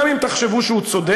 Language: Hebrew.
גם אם תחשבו שהוא צודק,